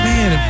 Man